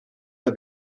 der